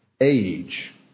age